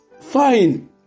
fine